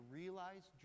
realize